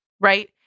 Right